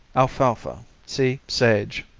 alfalfa see sage.